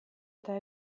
eta